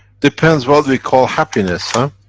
depends what we call happiness. huh?